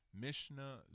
Mishnah